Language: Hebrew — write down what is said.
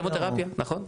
כימותרפיה נכון.